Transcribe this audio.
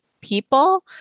people